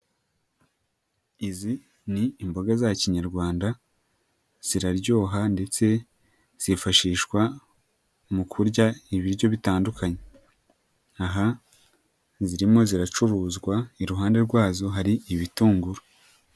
Izi ni imboga za kinyarwanda, ziraryoha ndetse zifashishwa mu kurya ibiryo bitandukanye, aha zirimo ziracuruzwa, iruhande rwazo hari ibitunguru.